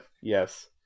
Yes